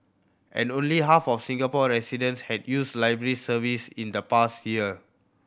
and only half of Singapore residents had used library services in the past year